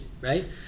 right